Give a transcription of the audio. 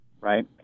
right